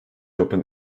open